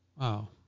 wow